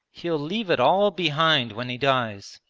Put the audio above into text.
he'll leave it all behind when he dies!